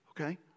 Okay